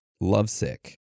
Lovesick